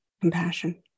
compassion